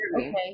okay